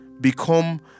Become